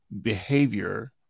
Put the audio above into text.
behavior